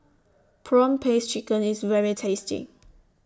Prawn Paste Chicken IS very tasty